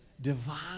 divine